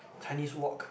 Chinese Wok